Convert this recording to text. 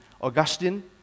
Augustine